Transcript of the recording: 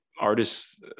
artists